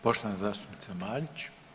Poštovana zastupnica Marić.